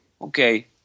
okay